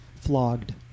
flogged